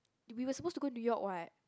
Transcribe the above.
we was supposed to go New York what